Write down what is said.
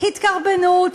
התקרבנות,